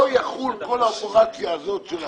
לא תחול כל האופרציה הזאת של הקנסות